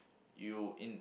you in